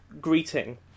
greeting